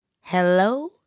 Hello